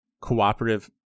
cooperative